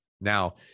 Now